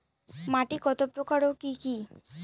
মাটি কতপ্রকার ও কি কী?